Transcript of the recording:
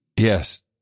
Yes